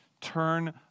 turn